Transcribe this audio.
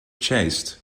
chased